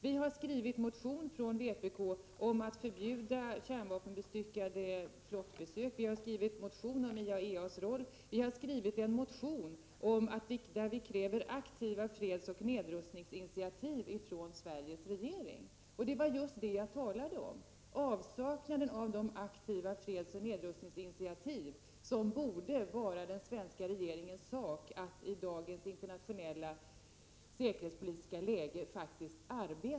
Vpk har skrivit motioner om att förbjuda kärnvapenbestyckade flottbesök, om IAEA:s roll och om att vi kräver aktiva fredsoch nedrustningsinitiativ från Sveriges regering. Det var just detta jag talade om: avsaknaden av de aktiva fredsoch nedrustningsinitiativ som det borde vara den svenska regeringens sak att arbeta för i dagens internationella säkerhetspolitiska läge.